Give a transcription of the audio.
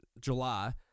July